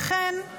לכן,